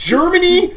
Germany